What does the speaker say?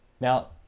Now